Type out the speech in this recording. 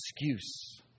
excuse